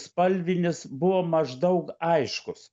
spalvinis buvo maždaug aiškus